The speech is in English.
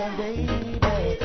baby